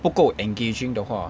不够 engaging 的话